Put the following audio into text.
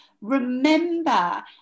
remember